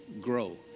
grow